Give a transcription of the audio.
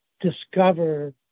discover